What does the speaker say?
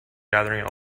gathering